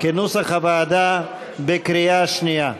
כנוסח הוועדה, בקריאה שנייה.